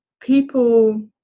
People